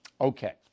Okay